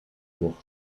court